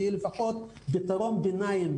שהיא לפחות פתרון ביניים,